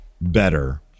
better